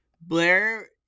Blair